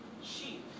sheep